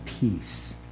peace